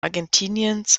argentiniens